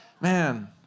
Man